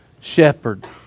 shepherd